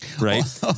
Right